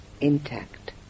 intact